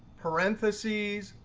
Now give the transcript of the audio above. parentheses,